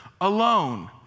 alone